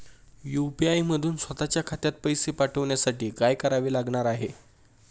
UPI मधून स्वत च्या खात्यात पैसे पाठवण्यासाठी काय करावे लागणार आहे?